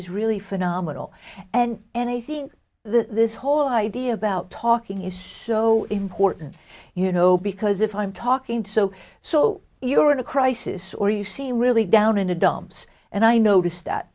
is really phenomenal and and i think this whole idea about talking is so important you know because if i'm talking to so so you're in a crisis or you seem really down in the dumps and i notice that